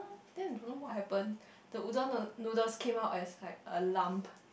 then I don't know what happen the udon noo~ noodles came out as like a lump